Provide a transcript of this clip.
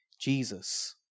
Jesus